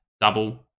double